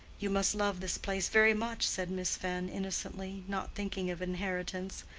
you must love this place very much, said miss fenn, innocently, not thinking of inheritance.